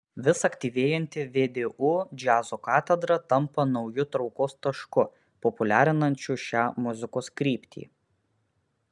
vis aktyvėjanti vdu džiazo katedra tampa nauju traukos tašku populiarinančiu šią muzikos kryptį